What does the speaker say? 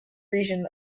region